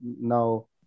now